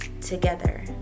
together